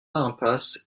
impasse